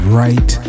right